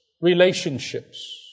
relationships